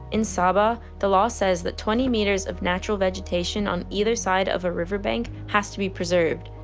in sabah, the law says that twenty meters of natural vegetation on either side of a riverbank has to be preserved.